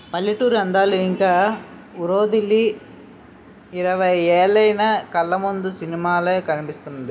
పల్లెటూరి అందాలు ఇంక వూరొదిలి ఇరవై ఏలైన కళ్లముందు సినిమాలా కనిపిస్తుంది